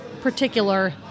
particular